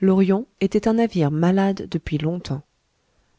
l'orion était un navire malade depuis longtemps